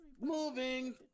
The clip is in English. Moving